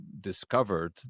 discovered